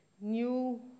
new